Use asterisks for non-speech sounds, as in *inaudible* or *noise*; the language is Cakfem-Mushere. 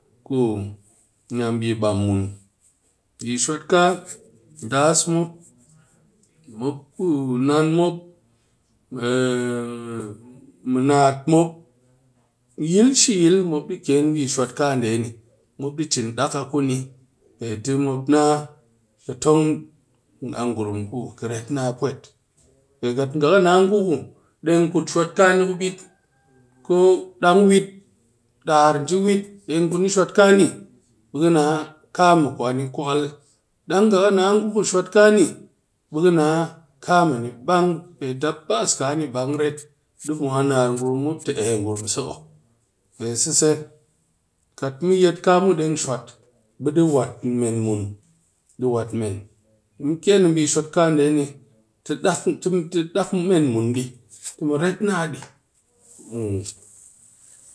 Ku bi bamu shuwat kaa na bi bam mun bi shwat ka ɗaas mop, *hesitation* mop ku naan mop mɨ naat mop shi yil shi yil mop di ke bi shwat kaa nde ni mop di cin dak a kuni pe te mop naa ki tong a ngurum ku mop ret naa pwet pe kat nga ka na ngu deng put shwat kani kubit ko dang weet dar nji weet deng kuni shwat kaa ni be naa kaa mɨ kwa ni kwakal dang nga ka naa ngu shwat kaa ni be ka na kani bang pe tap bas ka ni bang rat di mwan nar ngurum bi mop te ngurum se ok pe seise kat mu yet kaa mu deng shwat be di wat meng mun di tɨ mu ret naa dɨ.